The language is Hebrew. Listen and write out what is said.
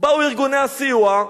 באו ארגוני הסיוע,